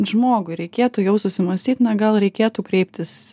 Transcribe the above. žmogui reikėtų jau susimąstyt na gal reikėtų kreiptis